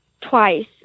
twice